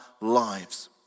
lives